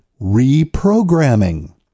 reprogramming